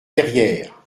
derrière